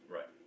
Right